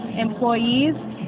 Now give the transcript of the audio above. employees